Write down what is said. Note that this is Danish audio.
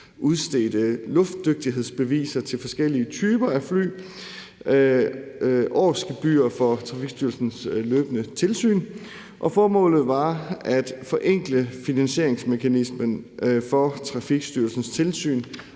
udstedte luftdygtighedsbeviser til forskellige typer af fly og årsgebyrer for Trafikstyrelsens løbende tilsyn. Formålet var at forenkle finansieringsmekanismen for Trafikstyrelsens tilsyn